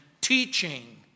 teaching